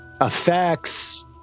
effects